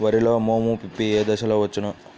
వరిలో మోము పిప్పి ఏ దశలో వచ్చును?